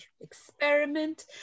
experiment